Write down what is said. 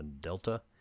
Delta